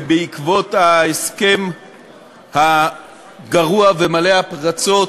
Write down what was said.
בעקבות ההסכם הגרוע ומלא הפרצות